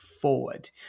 forward